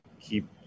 keep